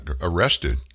arrested